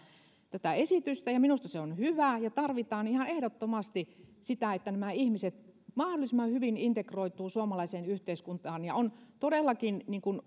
tätä esitystä ja minusta se on hyvä ja tarvitaan ihan ehdottomasti sitä että nämä ihmiset mahdollisimman hyvin integroituvat suomalaiseen yhteiskuntaan olen todellakin